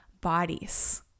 bodies